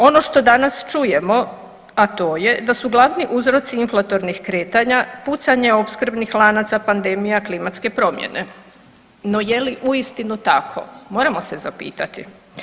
Ono što danas čujemo, a to je da su glavni uzroci inflatornih kretanja pucanje opskrbnih lanaca, pandemija, klimatske promjene, no je li uistinu tako, moramo se zapitati.